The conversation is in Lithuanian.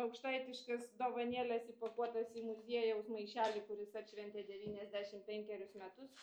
aukštaitiškas dovanėles įpakuotas į muziejaus maišelį kuris atšventė devyniasdešim penkerius metus